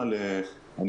יו"ר הוועדה,